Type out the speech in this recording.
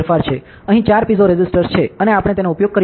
અહીં ચાર પીઝોરિસ્ટર્સ છે અને આપણે તેનો ઉપયોગ કરીશું